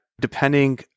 depending